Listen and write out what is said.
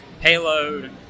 payload